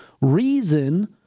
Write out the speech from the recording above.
reason